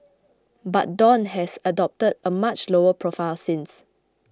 but Dawn has adopted a much lower profile since